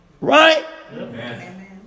Right